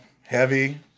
heavy